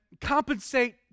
compensate